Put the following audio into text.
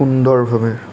সুন্দৰভাৱে